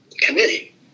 committee